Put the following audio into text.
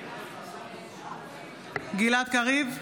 קריב,